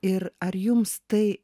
ir ar jums tai